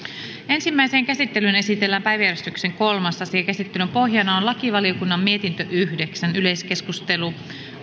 ensimmäiseen käsittelyyn esitellään päiväjärjestyksen kolmas asia käsittelyn pohjana on lakivaliokunnan mietintö yhdeksän yleiskeskustelu